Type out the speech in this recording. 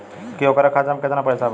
की ओकरा खाता मे कितना पैसा बा?